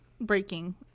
breaking